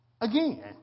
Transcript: again